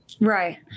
right